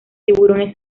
tiburones